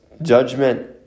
Judgment